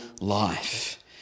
life